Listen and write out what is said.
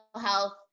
health